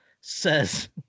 says